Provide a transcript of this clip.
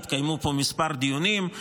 התקיימו פה כמה דיונים,